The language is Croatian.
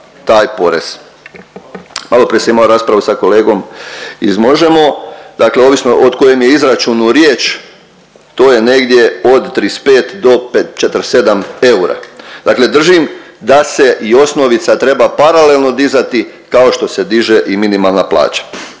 taj porez. Malo prije sam imao raspravu sa kolegom iz Možemo!. Dakle ovisno o kojem je izračunu riječ, to je negdje od 35 do 47 eura. Dakle držim da se i osnovica treba paralelno dizati kao što se diže i minimalna plaća.